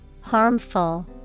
Harmful